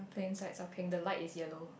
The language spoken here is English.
the insides are pink the light is yellow